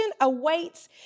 awaits